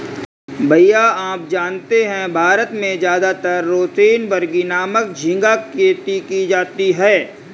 भैया आप जानते हैं भारत में ज्यादातर रोसेनबर्गी नामक झिंगा खेती की जाती है